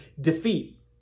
defeat